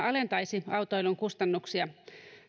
alentaisi toteutettuna autoilun kustannuksia